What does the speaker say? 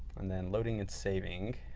and then loading and saving